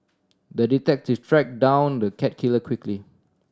the detective track down the cat killer quickly